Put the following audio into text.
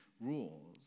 rules